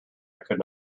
could